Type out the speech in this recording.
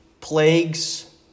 plagues